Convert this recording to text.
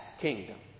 kingdom